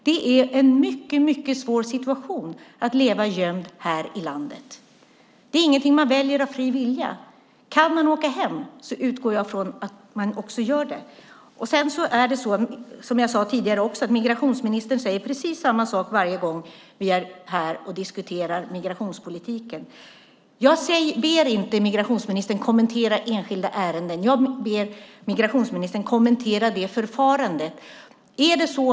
Det är en mycket svår situation att leva gömd här i landet. Det är inget man väljer av fri vilja. Kan man åka hem utgår jag från att man gör det. Migrationsministern säger precis samma sak varje gång vi är här och diskuterar migrationspolitiken. Jag ber inte migrationsministern kommentera enskilda ärenden. Jag ber migrationsministern kommentera förfarandet.